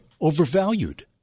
overvalued